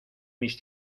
mis